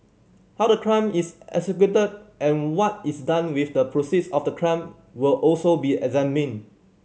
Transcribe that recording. how the crime is executed and what is done with the proceeds of the crime will also be examined